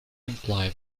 imply